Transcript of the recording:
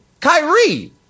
Kyrie